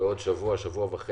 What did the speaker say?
בעוד שבוע וחצי